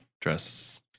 dress